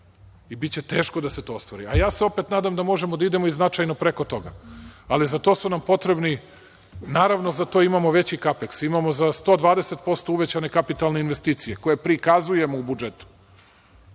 i biće teško da se to ostvari, a ja se opet nadam da možemo da idemo i značajno preko toga. Naravno, za to imamo veći CAPEX, imamo za 120% uvećane kapitalne investicije koje prikazujemo u budžetu